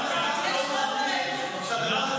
לא,